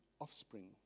offspring